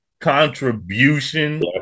contribution